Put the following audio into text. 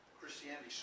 Christianity